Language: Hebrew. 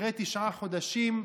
אחרי תשעה חודשים,